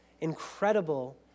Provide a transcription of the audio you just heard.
incredible